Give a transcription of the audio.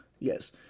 Yes